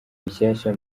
rushyashya